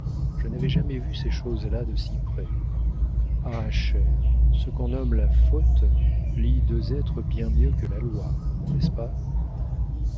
je n'avais jamais vu ces choses-là de si près ah chère ce qu'on nomme la faute lie deux êtres bien mieux que la loi n'est-ce pas